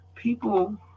People